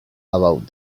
about